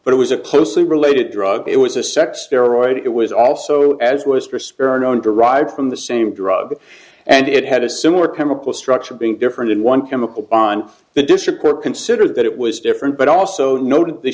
but it was a closely related drug it was a sect steroids it was also as was crisper known derived from the same drug and it had a similar chemical structure being different in one chemical bond the district court considered that it was different but also noted the